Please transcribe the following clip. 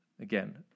Again